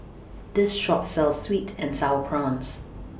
This Shop sells Sweet and Sour Prawns